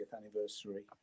anniversary